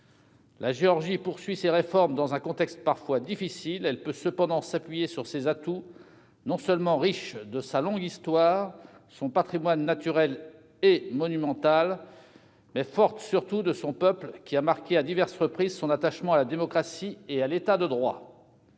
La Géorgie poursuit ses réformes dans un contexte parfois difficile. Elle peut cependant s'appuyer sur ses atouts : riche de sa longue histoire, de son patrimoine naturel et monumental, elle est surtout forte de son peuple, qui a marqué à diverses reprises son attachement à la démocratie et à l'État de droit.